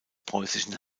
preußischen